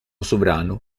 sovrano